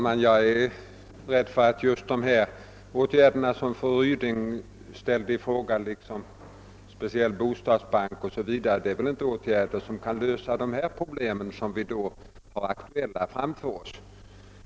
Herr talman! Jag fruktar att de åtgärder som fru Ryding ifrågasatte — en speciell bostadsbank o.s.v. — inte kan lösa de problem som är aktuella i detta sammanhang.